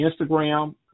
Instagram